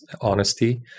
honesty